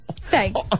Thanks